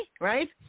right